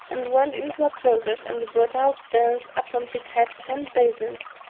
and went into a closet, and brought out thence upon his head ten basins,